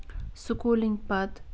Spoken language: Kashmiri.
سکوٗلِنٛگ پَتہٕ